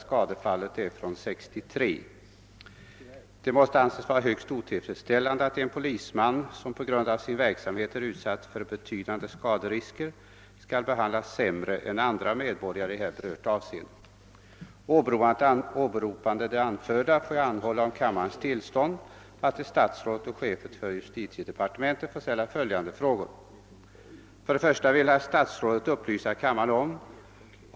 Någon begränsning i ersättningsrätten till vissa personer finns inte intagna i brevet, vilket bör innebära att ersättning skall utgå även till polisman som i sin tjänsteutövning skadats vid omhändertagande av rymling. Under senare år har emellertid någon ersättning till skadade polismän inte utbetalats.